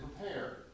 prepared